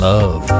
Love